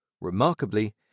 Remarkably